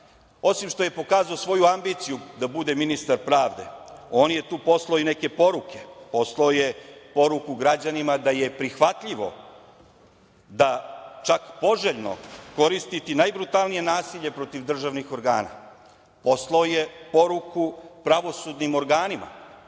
Osim što je pokazao svoju ambiciju da bude ministar pravde, on je tu poslao i neke poruke. Poslao je poruku građanima da je prihvatljivo, čak poželjno koristiti najbrutalnije nasilje protiv državnih organa. Poslao je poruku pravosudnim organima